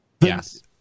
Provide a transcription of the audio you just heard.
Yes